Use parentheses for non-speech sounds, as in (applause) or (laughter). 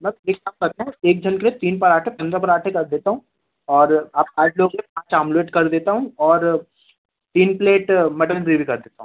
ma'am एक काम करता हूँ एक जन के लिए तीन पराँठे पंद्रह पराँठे कर देता हूँ और आप आठ लोग के लिए (unintelligible) ऑमलेट कर देता हूँ और तीन प्लेट मटर पनीर कर देता हूँ